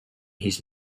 his